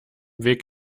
weg